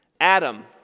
Adam